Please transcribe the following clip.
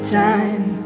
time